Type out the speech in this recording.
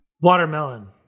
Watermelon